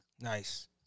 nice